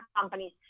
companies